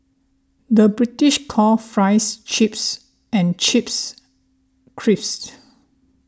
the British call Fries Chips and Chips Crisps